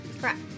Correct